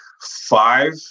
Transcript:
five